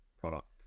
product